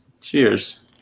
Cheers